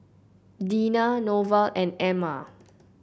Deena Norval and Emma